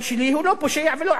הוא לא פושע ולא עבריין.